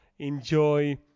Enjoy